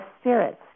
spirits